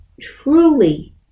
truly